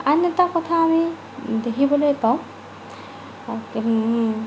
আন এটা কথা আমি দেখিবলৈ পাওঁ